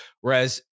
Whereas